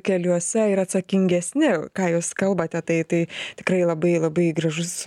keliuose ir atsakingesni ką jūs kalbate tai tai tikrai labai labai gražus